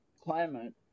climate